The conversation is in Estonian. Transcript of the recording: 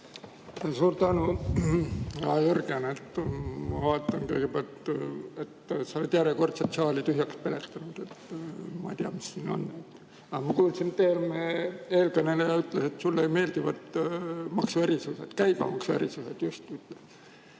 Suur tänu! Jürgen, ma vaatan kõigepealt, et sa oled järjekordselt saali tühjaks peletanud. Ma ei tea, miks see nii on. Ma kuulsin, et eelkõneleja ütles, et sulle ei meeldi maksuerisused, käibemaksuerisused just.